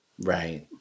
Right